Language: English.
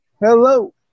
Hello